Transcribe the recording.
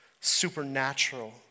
Supernatural